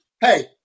hey